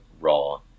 raw